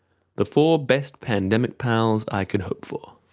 the four best pandemic pals i could hope for.